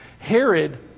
Herod